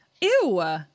Ew